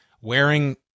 wearing